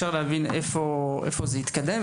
היכן זה נתקע?